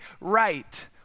right